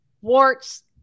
warts